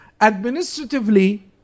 Administratively